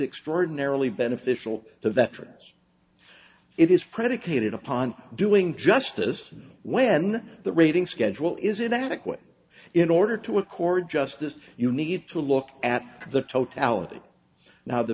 extraordinarily beneficial to veterans it is predicated upon doing justice when the rating schedule is inadequate in order to accord justice you need to look at the totality now the